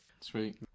Sweet